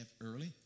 early